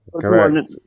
correct